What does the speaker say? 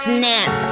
Snap